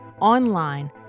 online